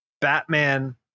batman